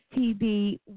TB